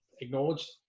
acknowledged